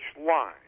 line